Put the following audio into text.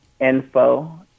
info